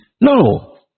No